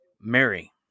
Mary